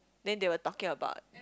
then they were talking about